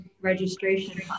registration